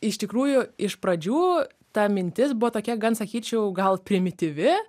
iš tikrųjų iš pradžių ta mintis buvo tokia gan sakyčiau gal primityvi